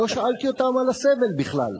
לא שאלתי אותם על הסמל בכלל.